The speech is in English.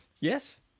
Yes